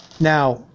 Now